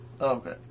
Okay